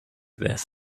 this